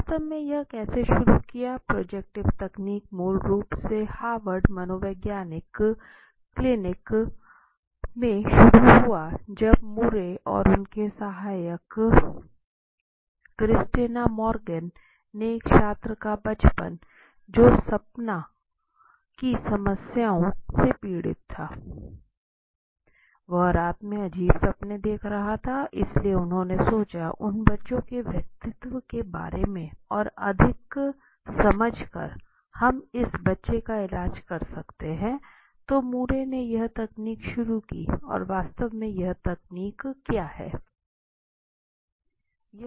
वास्तव में यह कैसे शुरू किया प्रोजेक्टिव तकनीक मूल रूप से हार्वर्ड मनोवैज्ञानिक क्लिनिक में शुरू हुई जब मुर्रे और उनकी सहायक क्रिस्टीना मॉर्गन ने एक छात्र का बच्चा जो सपना की समस्याओं से पीड़ित था वह रात में अजीब सपने देख रहा था इसलिए उन्होंने सोचा उन बच्चे के व्यक्तित्व के बारे में और अधिक समझ कर हम इस बच्चे का इलाज कर सकता है तो मुर्रय ने यह तकनीक शुरू की और वास्तव में यह तकनीक क्या है